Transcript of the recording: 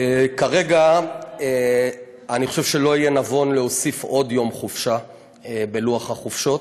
כרגע אני חושב שלא יהיה נבון להוסיף עוד יום חופשה בלוח החופשות.